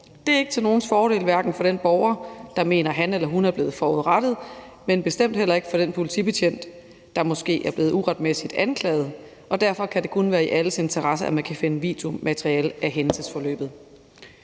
Det er ikke til nogens fordel, hverken den borger, der mener, at han eller hun er blevet forurettet, men bestemt heller ikke den politibetjent, der måske er blevet uretmæssigt anklaget. Derfor kan det kun være i alles interesse, at man kan finde videomateriale af hændelsesforløbet.